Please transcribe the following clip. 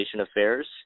Affairs